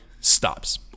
stops